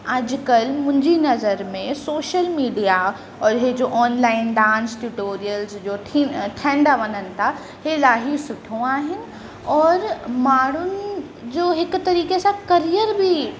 अॼुकल्ह मुंहिंजी नज़र में शोशल मिडिया और इहे जो ऑनलाइन डांस टुटोरियल्स जो ठीन ठहंदा वञनि था इहे इलाही सुठो आहे और माण्हुनि जो हिकु तरीक़े सां करियर बि